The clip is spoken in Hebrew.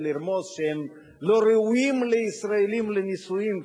לרמוז שהם לא ראויים לישראלים לנישואין,